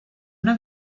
una